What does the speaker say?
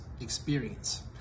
experience